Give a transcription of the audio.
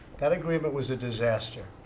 that agreement was a disaster.